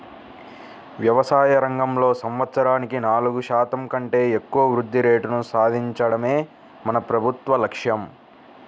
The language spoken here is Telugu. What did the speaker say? వ్యవసాయ రంగంలో సంవత్సరానికి నాలుగు శాతం కంటే ఎక్కువ వృద్ధి రేటును సాధించడమే మన ప్రభుత్వ లక్ష్యం